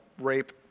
rape